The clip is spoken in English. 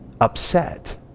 upset